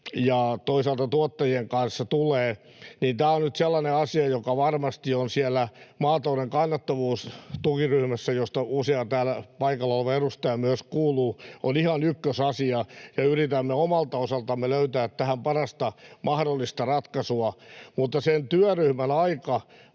ja toisaalta tuottajien kanssa, niin tämä on nyt sellainen asia, joka varmasti on siellä maatalouden kannattavuuden tukiryhmässä, johon usea täällä paikalla oleva edustaja myös kuuluu, ihan ykkösasia, ja yritämme omalta osaltamme löytää tähän parasta mahdollista ratkaisua. Mutta sen työryhmän aika